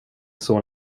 son